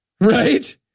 right